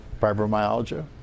fibromyalgia